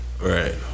right